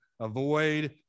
avoid